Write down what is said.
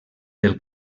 del